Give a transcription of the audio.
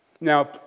Now